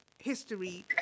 history